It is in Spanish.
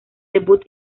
debut